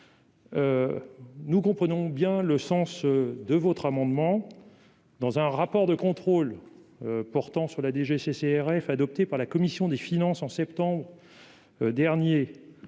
Nous comprenons bien le sens de votre amendement dans un rapport de contrôle portant sur la DGCCRF adopté par la commission des finances en septembre dernier,